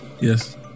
Yes